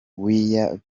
weya